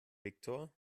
viktor